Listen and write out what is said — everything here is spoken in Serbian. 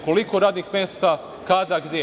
Koliko radnih mesta, kada i gde?